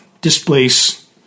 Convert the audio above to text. displace